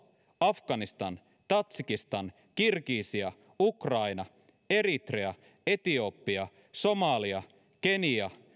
afganistan tadzhikistan kirgisia ukraina eritrea etiopia somalia kenia